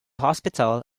hospital